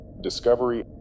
Discovery